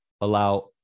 allow